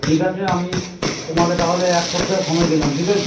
ঠিক আছে আমি তোমাকে তাহলে এক সপ্তাহ সময় দিলাম ঠিক আছে